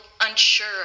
unsure